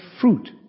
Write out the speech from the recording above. fruit